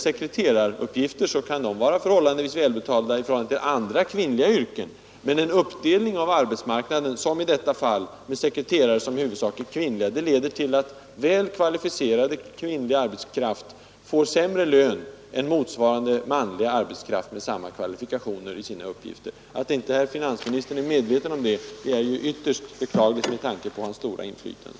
Sekreteraruppgifter kan vara välbetalda i förhållande till andra kvinnliga yrken, men uppdelning av arbetsmarknaden som i detta fall, med i huvudsak kvinnliga sekreterare, leder till att välkvalificerad kvinnlig arbetskraft får lägre lön än motsvarande manlig arbetskraft med samma kvalifikationer och lika svåra uppgifter. Att inte finansministern är medveten om det är ytterst beklagligt, med tanke på hans stora inflytande.